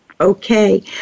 Okay